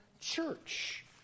church